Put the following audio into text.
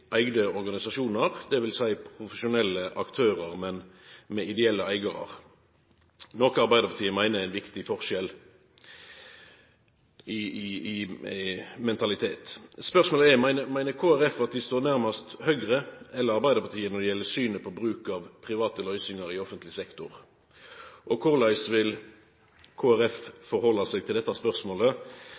åtte organisasjonar, dvs. profesjonelle aktørar, men med ideelle eigarar – noko Arbeidarpartiet meiner er ein viktig forskjell i mentalitet. Spørsmålet er: Meiner Kristeleg Folkeparti at dei står nærast Høgre eller Arbeidarpartiet i synet på bruken av private løysingar i offentleg sektor, og korleis vil Kristeleg Folkeparti stella seg til dette spørsmålet